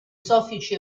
soffici